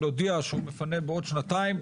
להודיע שהוא מפנה בעוד שנתיים,